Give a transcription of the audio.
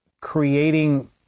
creating